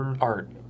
art